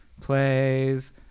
plays